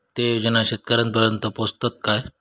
ते योजना शेतकऱ्यानपर्यंत पोचतत काय?